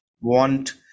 want